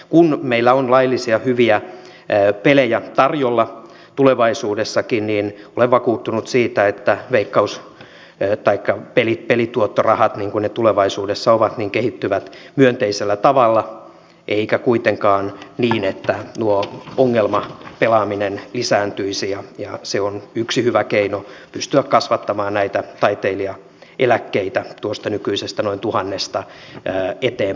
kun meillä on laillisia hyviä pelejä tarjolla tulevaisuudessakin niin olen vakuuttunut siitä että veikkaus taikka pelituottorahat mitä ne tulevaisuudessa ovat kehittyvät myönteisellä tavalla eivätkä kuitenkaan niin että tuo ongelmapelaaminen lisääntyisi ja se on yksi hyvä keino pystyä kasvattamaan näitä taiteilijaeläkkeitä tuosta nykyisestä noin tuhannesta eteenpäin